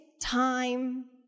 time